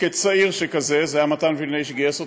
וכצעיר שכזה, מתן וילנאי גייס אותי,